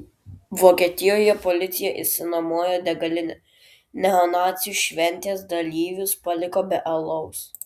vokietijoje policija išsinuomojo degalinę neonacių šventės dalyvius paliko be alaus